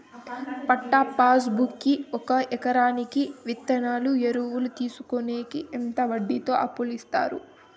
పట్టా passbook కి ఒక ఎకరాకి విత్తనాలు, ఎరువులు తీసుకొనేకి ఎంత వడ్డీతో అప్పు ఇస్తారు?